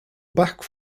back